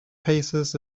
paces